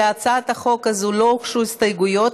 להצעת החוק הזאת לא הוגשו הסתייגות,